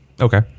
Okay